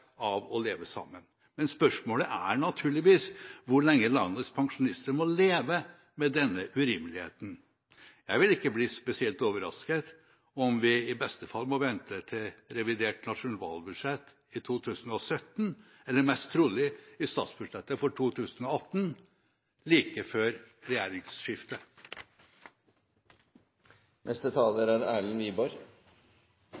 av å leve sammen. Spørsmålet er naturligvis hvor lenge landets pensjonister må leve med denne urimeligheten. Jeg vil ikke bli spesielt overrasket om vi i beste fall må vente til revidert nasjonalbudsjett for 2017, eller mest trolig til statsbudsjettet for 2018 – like før